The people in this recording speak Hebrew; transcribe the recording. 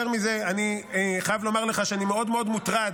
אני חייב לומר לך שאני מאוד מאוד מוטרד,